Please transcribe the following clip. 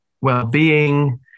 well-being